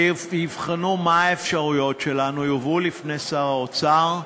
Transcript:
וייבחנו האפשרויות שלנו, הן יובאו לפני שר האוצר,